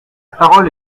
parole